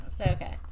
Okay